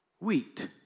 wheat